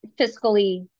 fiscally